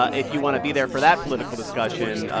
ah if you want to be there for that political discussion,